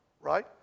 right